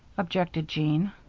objected jean.